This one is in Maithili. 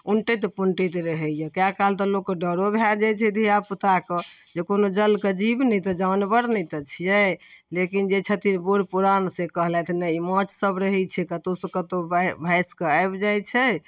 उनटैत पुनटैत रहैए कएक काल तऽ लोकके डरो भऽ जाइ छै धिआपुताके जे कोनो जलके जीव नहि तऽ जानवर नहि तऽ छिए लेकिन जे छथिन बूढ़ पुरान से कहलथि नहि ई माँछसब रहै छै कतहुसँ कतहु बहि भासिकऽ आबि जाइ छै